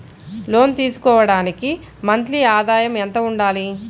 లోను తీసుకోవడానికి మంత్లీ ఆదాయము ఎంత ఉండాలి?